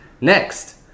Next